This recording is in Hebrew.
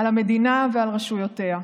על המדינה ועל רשויותיה.